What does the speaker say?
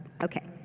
Okay